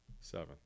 Seven